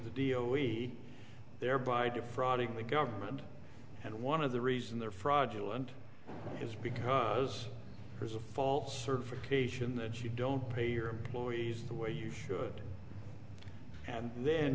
the dio we thereby defrauding the government and one of the reason they're fraudulent is because there's a false certification that you don't pay your employees the way you should and then